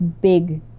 big